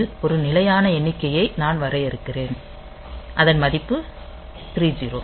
இதில் ஒரு நிலையான எண்ணிக்கையை நான் வரையறுக்கிறேன் அதன் மதிப்பு 30